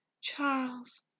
Charles